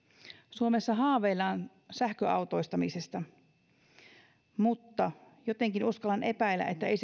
suomessa haaveillaan sähköautoistamisesta mutta jotenkin uskallan epäillä että ei